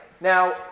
Now